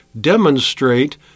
demonstrate